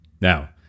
Now